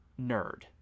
nerd